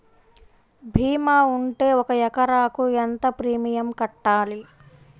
భీమా ఉంటే ఒక ఎకరాకు ఎంత ప్రీమియం కట్టాలి?